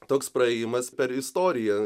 toks praėjimas per istoriją